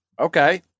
Okay